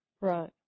Right